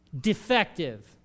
defective